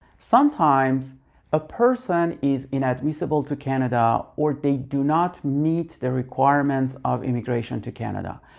sometimes a person is inadmissible to canada or they do not meet the requirements of immigration to canada.